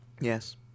Yes